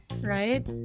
right